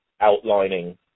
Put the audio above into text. outlining